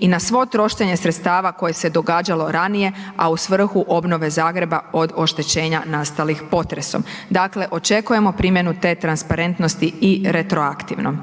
i na svo trošenje sredstava koje se događalo ranije, a u svrhu obnove Zagreba od oštećenja nastalih potresom. Dakle, očekujemo primjenu te transparentnosti i retroaktivno.